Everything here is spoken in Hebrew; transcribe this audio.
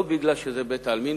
לא כי זה בית-עלמין,